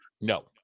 No